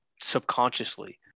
subconsciously